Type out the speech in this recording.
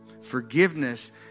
Forgiveness